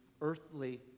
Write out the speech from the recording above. earthly